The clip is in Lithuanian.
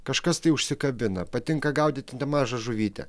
kažkas tai užsikabina patinka gaudyti mažą žuvytę